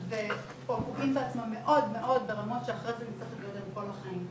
או פוגעים בעצמם מאוד מאוד ברמה שאחרי זה נצטרך להתמודד כל החיים.